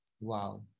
Wow